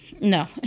No